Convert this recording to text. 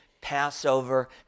Passover